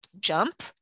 jump